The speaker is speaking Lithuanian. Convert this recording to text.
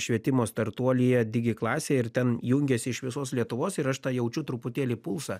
švietimo startuolyje digi klasė ir ten jungiasi iš visos lietuvos ir aš tą jaučiu truputėlį pulsą